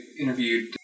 interviewed